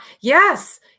Yes